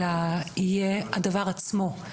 אלא יהיה הדבר עצמו,